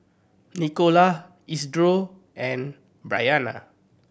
Nicola Isidro and Bryanna